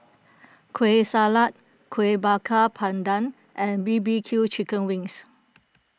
Kueh Salat Kuih Bakar Pandan and B B Q Chicken Wings